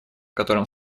котором